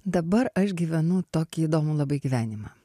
dabar aš gyvenu tokį įdomų labai gyvenimą